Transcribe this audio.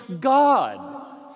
God